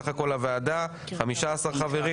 סך הכול לוועדה 15 חברים.